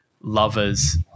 lovers